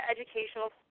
educational